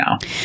now